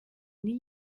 nie